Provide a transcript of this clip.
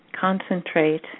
concentrate